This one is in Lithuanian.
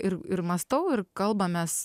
ir ir mąstau ir kalbamės